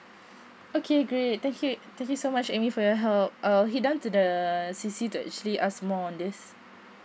okay great thank you thank you so much Amy for your help I'll head down to the the C_C to actually ask more on this